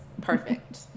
Perfect